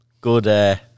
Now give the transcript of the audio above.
good